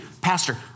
pastor